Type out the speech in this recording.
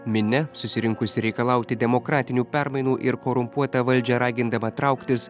minia susirinkusi reikalauti demokratinių permainų ir korumpuotą valdžią ragindama trauktis